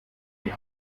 die